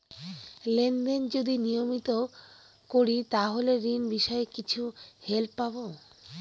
Lane দেন যদি নিয়মিত করি তাহলে ঋণ বিষয়ে কিছু হেল্প পাবো?